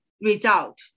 result